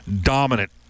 dominant